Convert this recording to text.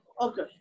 Okay